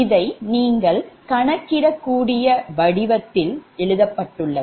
இதை நீங்கள் கணக்கிடக்கூடிய வடிவத்தில் எழுதப்பட்டுள்ளது